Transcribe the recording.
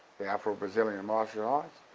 the afro-brazilian martial arts?